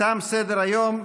תם סדר-היום.